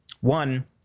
One